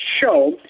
show